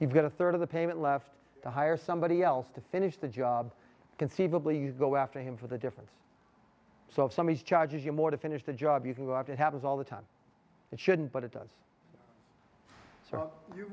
you've got a third of the payment left to hire somebody else to finish the job conceivably you go after him for the difference so if somebody charges you more to finish the job you can go if it happens all the time it shouldn't but it does